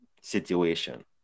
situation